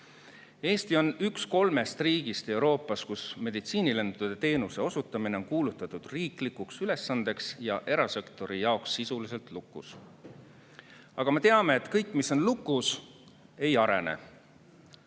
Eesti on üks kolmest riigist Euroopas, kus meditsiinilendude teenuse osutamine on kuulutatud riiklikuks ülesandeks ja erasektori jaoks sisuliselt lukus. Aga me teame, et kõik, mis on lukus, ei arene,